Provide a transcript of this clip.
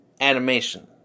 Animation